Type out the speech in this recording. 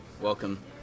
Welcome